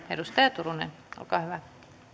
edustaja turunen olkaa hyvä